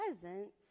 presents